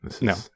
no